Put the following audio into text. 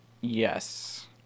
Yes